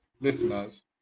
listeners